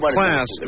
Class